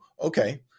okay